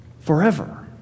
forever